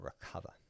recover